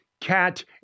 Cat